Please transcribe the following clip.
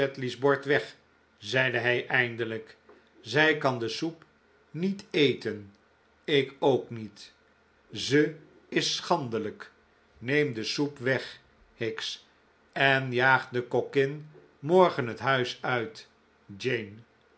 sedley's bord weg zeide hij eindelijk zij kan de soep niet eten ik ook niet ze is schandelijk neem de soep weg hicks en jaag de kokkin morgen het huis uit jane